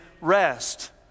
rest